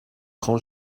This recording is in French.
cran